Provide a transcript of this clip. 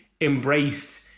embraced